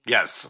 Yes